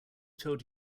told